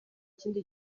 ikindi